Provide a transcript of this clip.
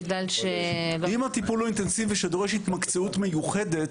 בגלל ש- אם הטיפול הוא אינטנסיבי שדורש התמקצעות מיוחדת,